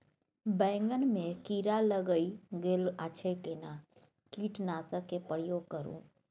बैंगन में कीरा लाईग गेल अछि केना कीटनासक के प्रयोग करू?